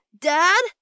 Dad